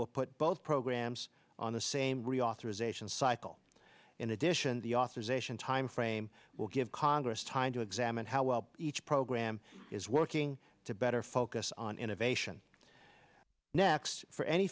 will put both programs on the same reauthorization cycle in addition the authorization time frame will give congress time to examine how well each program is working to better focus on innovation next for any